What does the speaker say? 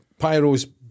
pyros